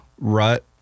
rut